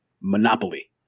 Monopoly